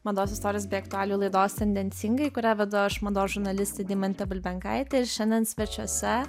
mados istorijos bei aktualijų laidos tendencingai kurią vedu aš mados žurnalistė deimantė bulbenkaitė ir šiandien svečiuose